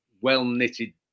well-knitted